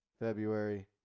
February